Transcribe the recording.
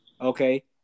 Okay